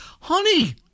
Honey